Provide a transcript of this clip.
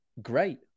Great